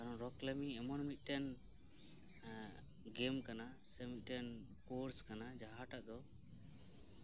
ᱨᱚ ᱠᱞᱟᱭᱢᱤᱝ ᱮᱢᱚᱱ ᱢᱤᱫᱴᱮᱱ ᱜᱮᱢ ᱠᱟᱱᱟ ᱥᱮ ᱢᱤᱫᱴᱮᱱ ᱠᱳᱨᱥ ᱠᱟᱱᱟ ᱡᱟᱦᱟᱸᱴᱟᱜ ᱫᱚ